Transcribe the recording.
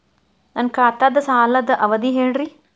ನನ್ನ ಖಾತಾದ್ದ ಸಾಲದ್ ಅವಧಿ ಹೇಳ್ರಿ